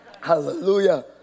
Hallelujah